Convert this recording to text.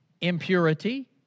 impurity